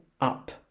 up